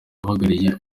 uhagarariye